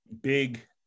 big